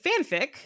fanfic